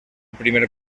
primer